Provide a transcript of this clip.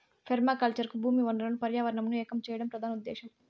permaculture కు భూమి వనరులను పర్యావరణంను ఏకం చేయడం ప్రధాన ఉదేశ్యం